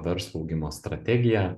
verslo augimo strategiją